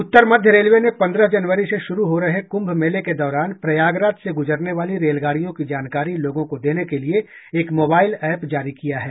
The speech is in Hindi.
उत्तर मध्य रेलवे ने पंद्रह जनवरी से शुरू हो रहे कुंभ मेले के दौरान प्रयागराज से गुजरने वाली रेलगाडियों की जानकारी लोगों को देने के लिए एक मोबाइल एप जारी किया है